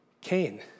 Cain